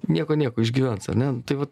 nieko nieko išgyvens ane tai vat